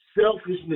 selfishness